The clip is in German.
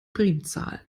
primzahlen